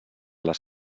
les